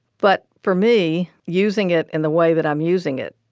but for me, using it in the way that i'm using it,